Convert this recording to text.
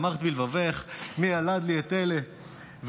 "ואמרת בלבבך מי ילד לי את אלה ואני